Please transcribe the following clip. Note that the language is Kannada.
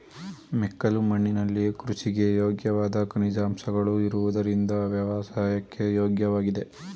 ಮೆಕ್ಕಲು ಮಣ್ಣಿನಲ್ಲಿ ಕೃಷಿಗೆ ಯೋಗ್ಯವಾದ ಖನಿಜಾಂಶಗಳು ಇರುವುದರಿಂದ ವ್ಯವಸಾಯಕ್ಕೆ ಯೋಗ್ಯವಾಗಿದೆ